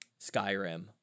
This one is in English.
Skyrim